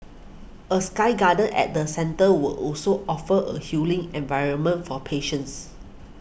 a sky garden at the centre were also offer a healing environment for patience